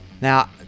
Now